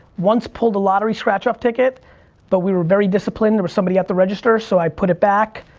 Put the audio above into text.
once pulled a lottery scratch off ticket but we were very disciplined. there was somebody at the register so i put it back.